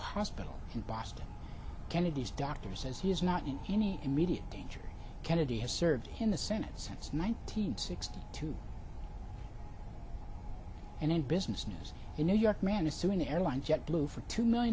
hospital in boston kennedy's doctor says he is not in any immediate danger kennedy has served in the senate since nineteen sixty two and in business news in new york man is suing the airline jet blue for two million